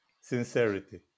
sincerity